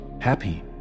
happy